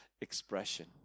expression